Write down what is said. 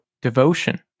Devotion